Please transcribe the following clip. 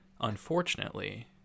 unfortunately